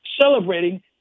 celebrating